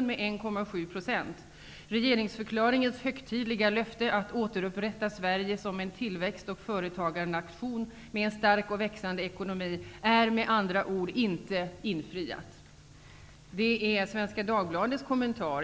med 1,7 % och att regeringsförklaringens högtidliga löfte att återupprätta Sverige som en tillväxt och företagarnation med en stark och växande ekonomi därmed inte är infriad. Det var Svenska Dagbladets kommentar.